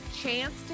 chance